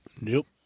Nope